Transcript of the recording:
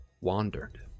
wandered